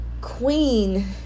queen